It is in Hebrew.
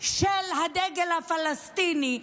של הדגל הפלסטיני,